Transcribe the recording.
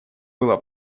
было